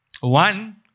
One